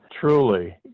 truly